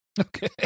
Okay